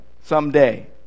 someday